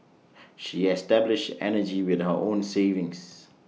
she established energy with her own savings